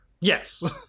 Yes